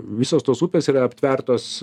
visos tos upės yra aptvertos